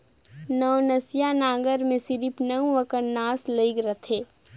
नवनसिया नांगर मे सिरिप नव अकन नास लइग रहथे